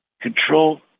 Control